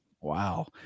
Wow